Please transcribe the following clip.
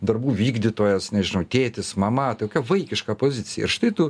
darbų vykdytojas nežinau tėtis mama tokia vaikiška pozicija ir štai tu